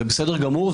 זה בסדר גמור,